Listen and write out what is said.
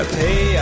pay